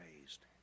raised